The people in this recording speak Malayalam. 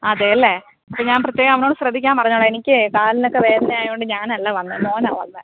അതെ അല്ലേ ഇപ്പോൾ ഞാൻ പ്രത്യേകം അവനോട് ശ്രദ്ധിക്കാൻ പറഞ്ഞോളാം എനിക്കേ കാലിനൊക്കെ വേദന ആയത് കൊണ്ട് ഞാൻ അല്ല വന്നത് മോനാണ് വന്നത്